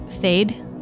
fade